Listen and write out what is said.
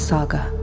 Saga